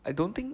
I don't think